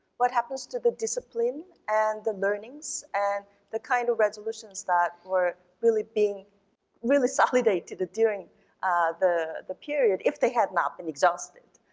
what happens to the discipline and the burnings and the kind of resolutions that were really being really solidated during the the period if they had not been exhausted?